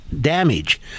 damage